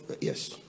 Yes